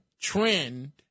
trend